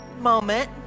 moment